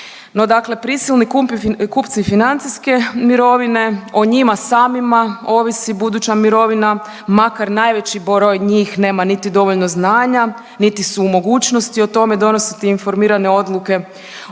prisilni kupci financijske mirovine, o njima samima ovisi buduća mirovina, makar najveći broj njih nema niti dovoljno znanja, niti su u mogućnosti o tome donositi informirane odluke,